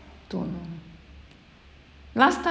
don't last time